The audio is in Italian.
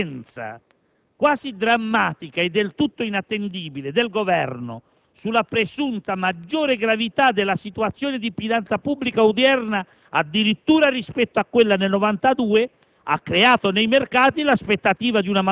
che questa insistenza, quasi drammatica e del tutto inattendibile, del Governo sulla presunta maggiore gravità della situazione di finanza pubblica odierna, addirittura rispetto a quella del 1992,